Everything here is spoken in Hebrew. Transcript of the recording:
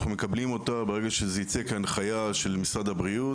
אנחנו מקבלים אותה ברגע שזה ייצא כהנחיה של משרד הבריאות.